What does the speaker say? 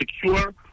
secure